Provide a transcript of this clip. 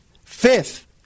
fifth